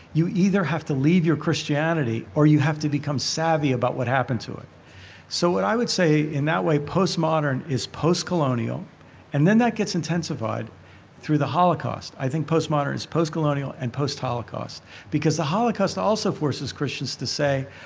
you either have to leave your christianity or you have to become savvy about what happened to it so what i would say, in that way, postmodern is postcolonial and then that gets intensified through the holocaust. i think postmodern, postcolonial and post holocaust because the holocaust also forces christians to say,